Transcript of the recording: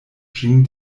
ĝin